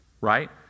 Right